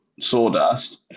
sawdust